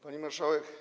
Pani Marszałek!